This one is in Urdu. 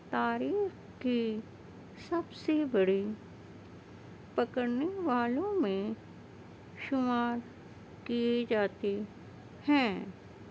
تاریخ کی سب سے بڑے پکڑنے والوں میں شمار کیے جاتے ہیں